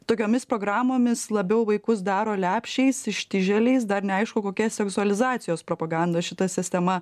tokiomis programomis labiau vaikus daro lepšiais ištižėliais dar neaišku kokia seksualizacijos propaganda šita sistema